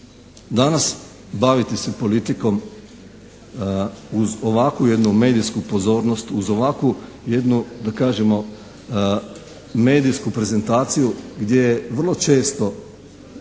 Danas baviti se politikom uz ovakvu jednu medijsku pozornost, uz ovakvu jednu da kažemo medijsku prezentaciju gdje je vrlo često